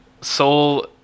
soul